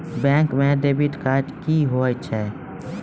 Bank म debit card की होय छै?